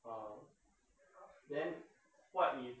ah then what if